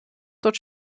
dort